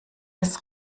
des